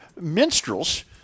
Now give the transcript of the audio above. minstrels